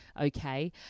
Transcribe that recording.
Okay